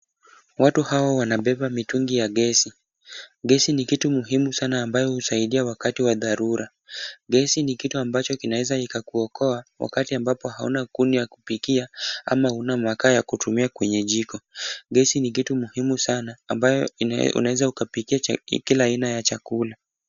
Watu hawa wanabeba mitungi ya gesi. Gesi ni kitu muhimu sana ambayo husaidia wakati wa dharura. Gesi ni kitu ambacho kinaweza ikakuokoa wakati ambapo hauna kuni ya kupikia ama una makaa ya kutumia kwenye jiko. Gesi ni kitu muhimu sana ambayo unaweza ukapikia kila aina ya chakula.